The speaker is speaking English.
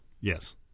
Yes